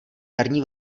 jarní